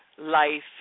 Life